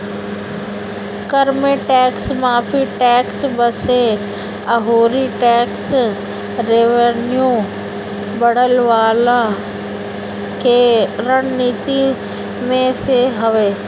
कर में टेक्स माफ़ी, टेक्स बेस अउरी टेक्स रेवन्यू बढ़वला के रणनीति में से हवे